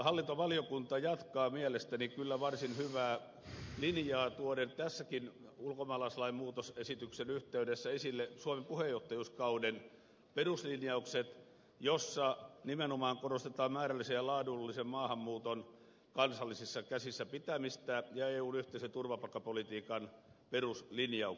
hallintovaliokunta jatkaa mielestäni kyllä varsin hyvää linjaa tuoden tämänkin ulkomaalaislain muutosesityksen yhteydessä esille suomen puheenjohtajuuskauden peruslinjaukset joissa nimenomaan korostetaan määrällisen ja laadullisen maahanmuuton kansallisissa käsissä pitämistä ja eun yhteisen turvapaikkapolitiikan peruslinjauksia